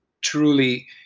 truly